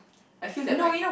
I feel that my